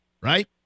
right